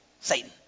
Satan